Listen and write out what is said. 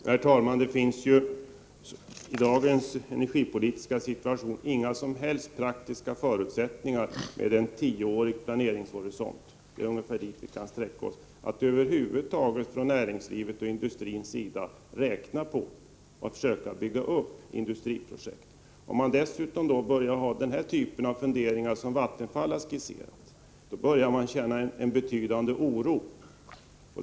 Herr talman! I dagens energipolitiska situation finns det inga som helst praktiska förutsättningar för näringslivet och industrin att med en tioårig planeringshorisont — det är ungefär så långt vi kan sträcka oss — över huvud taget försöka räkna på att försöka bygga upp industriprojekt. Om man dessutom har den typen av funderingar som Vattenfall skisserat, börjar vi känna betydande oro.